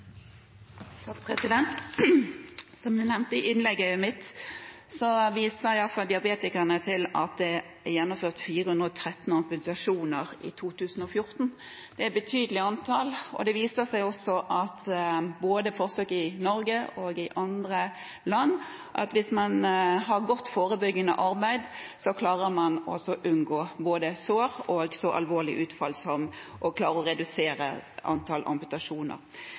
er gjennomført 413 amputasjoner i 2014. Det er et betydelig antall, og det viser seg også i forsøk i både Norge og andre land at hvis man har et godt forebyggende arbeid, klarer man både å unngå sår og redusere antall alvorlige utfall som amputasjoner. Norsk interessefaggruppe for sårheling viser til at da HELFO endret refusjonssystemet i 2012, opplevde flere av disse pasientene at de ble en kasteball. Kommunen avviste å